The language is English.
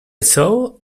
saw